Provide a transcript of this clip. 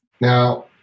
now